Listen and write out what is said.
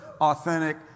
authentic